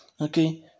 Okay